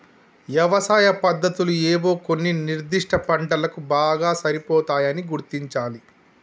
యవసాయ పద్దతులు ఏవో కొన్ని నిర్ధిష్ట పంటలకు బాగా సరిపోతాయని గుర్తించాలి